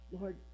Lord